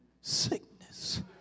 sickness